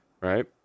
Right